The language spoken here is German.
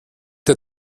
der